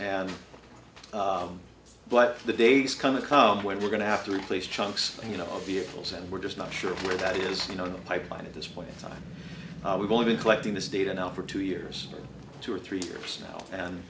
and but the days come a come when we're going to have to replace chunks you know of vehicles and we're just not sure where that is you know the pipeline at this point in time we've only been collecting this data now for two years two or three years now